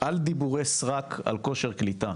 אַל דיבורי סרק על כושר קליטה".